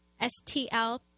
STL